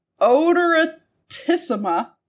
odoratissima